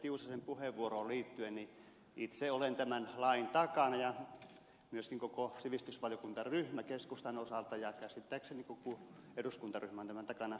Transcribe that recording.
tiusasen puheenvuoroon liittyen itse olen tämän lain takana ja keskustan osalta myöskin koko sivistysvaliokuntaryhmä ja käsittääkseni koko eduskuntaryhmä on tämän takana